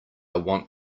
want